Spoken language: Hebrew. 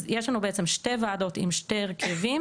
אז יש לנו בעצם שתי וועדות עם שני הרכבים,